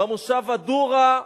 במושב אדורה,